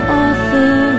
author